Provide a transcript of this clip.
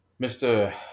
Mr